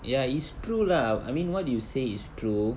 ya it's true lah I mean what you say is true